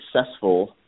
successful